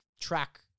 track